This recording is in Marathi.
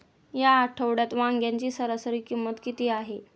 या आठवड्यात वांग्याची सरासरी किंमत किती आहे?